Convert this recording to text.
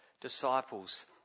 disciples